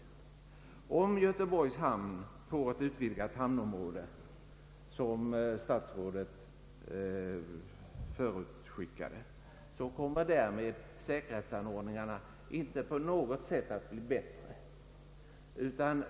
Får Göteborg ett utvidgat hamnområde, som statsrådet förutskickar, kommer därmed = säkerhetsanordningarna inte automatiskt att bli bättre.